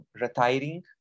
retiring